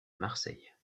marseille